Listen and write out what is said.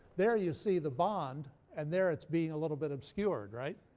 there you see the bond and there it's being a little bit obscured, right?